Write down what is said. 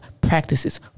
practices